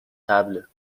طبله